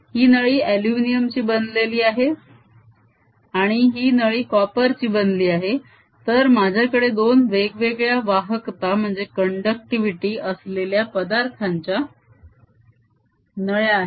ही नळी अलुमिनिअम ची बनलेली अहि आणि ही नळी कॉपर ची बनली आहे तर माझ्याकडे दोन वेगवेगळ्या वाहकता असलेल्या पदार्थांच्या नळ्या आहेत